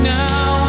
now